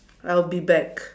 I'll be back